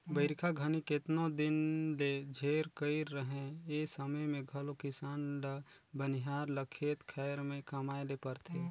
बरिखा घनी केतनो दिन ले झेर कइर रहें ए समे मे घलो किसान ल बनिहार ल खेत खाएर मे कमाए ले परथे